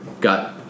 got